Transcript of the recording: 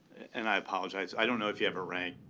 and i apologize. i don't know if you have a rank.